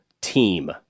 team